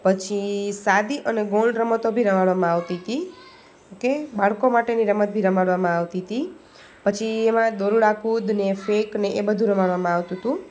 પછી સાદી અને ગૌણ રમતો બી રમાડવામાં આવતી તી કે બાળકો માટેની રમત બી રમાડવામાં આવતી તી પછી એમાં દોરડા કૂદ ને ફેંક ને એ બધું રમાડવામાં આવતું હતુ